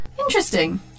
Interesting